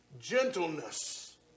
Gentleness